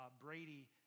Brady